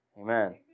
Amen